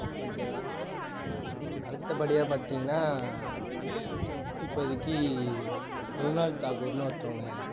ஓகேவா அடுத்தபடியாக பார்த்திங்கனா இப்போதிக்கி மிருனால் தாகூர்னு ஒருத்தங்க